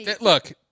Look